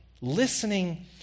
listening